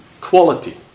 quality